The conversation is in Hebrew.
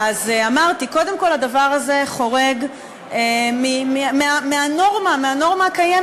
אז אמרתי, קודם כול הדבר הזה חורג מהנורמה הקיימת.